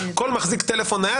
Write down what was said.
כל מחזיק טלפון נייד,